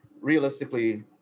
realistically